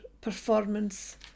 performance